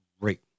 great